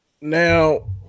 Now